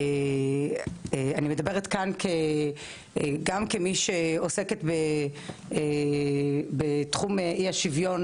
אני מדברת כאן גם כמישהי שעוסקת בתחום אי השוויון